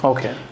Okay